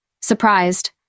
surprised